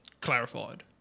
clarified